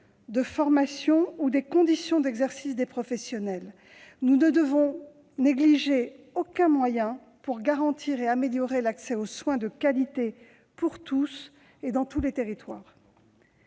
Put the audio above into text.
la formation ou des conditions d'exercice des professionnels, nous ne devons négliger aucun moyen pour garantir et améliorer l'accès à des soins de qualité pour tous, dans tous les territoires.